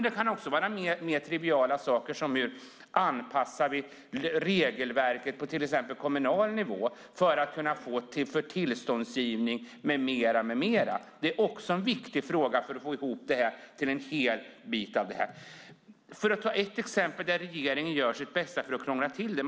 Det kan också vara mer triviala saker som att till exempel anpassa regelverket på kommunal nivå när det gäller tillståndsgivning med mera. Det är också en viktig fråga. Låt mig ta ett exempel på ett område där regeringen gör sitt bästa för att krångla till det.